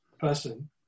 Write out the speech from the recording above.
person